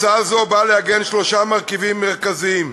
הצעה זו באה לעגן שלושה מרכיבים מרכזיים: